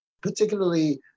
particularly